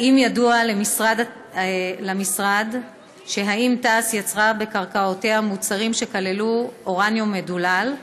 1. האם ידוע למשרד אם תעש יצרה בקרקעותיה מוצרים שכללו אורניום מדולל?